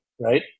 right